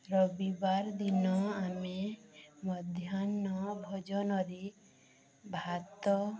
ରବିବାର ଦିନ ଆମେ ମଧ୍ୟାହ୍ନ ଭୋଜନରେ ଭାତ